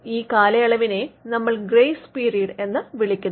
ഈ കാലയളവിനെ നമ്മൾ ഗ്രേസ് പീരീഡ് എന്ന് വിളിക്കുന്നു